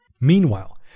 Meanwhile